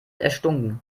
erstunken